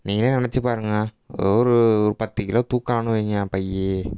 நீங்களே நினைச்சுப் பாருங்கள் ஒரு ஒரு பத்து கிலோ தூக்கலாம்னு வைங்க பை